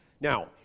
Now